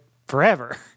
forever